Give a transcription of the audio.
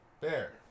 Bear